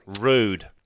rude